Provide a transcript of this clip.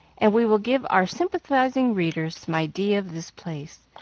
and we will give our sympathizing readers some idea of this place,